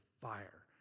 fire